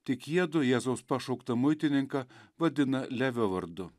tik jiedu jėzaus pašauktą muitininką vadina levio vardu